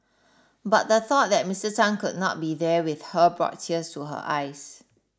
but the thought that Mister Tan could not be there with her brought tears to her eyes